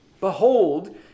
behold